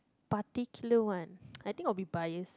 particular one I think would be bias